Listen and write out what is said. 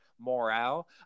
morale